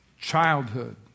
childhood